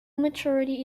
maturity